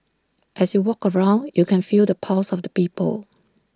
as you walk around you can feel the pulse of the people